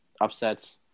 upsets